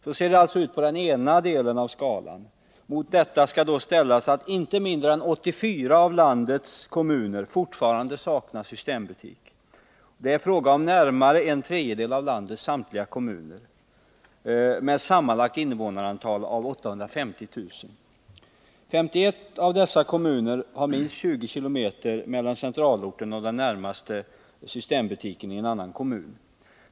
Så ser det alltså ut på den ena delen av skalan, Mot detta skall då ställas att inte mindre än 84 av landets kommuner fortfarande saknar systembutik. Det är fråga om närmare en tredjedel av landets samtliga kommuner, med ett sammanlagt invånarantal av 850 000. 51 av dessa kommuner har minst 20 km mellan centralorten och den närmaste systembutiken i en annan kommun.